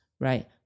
right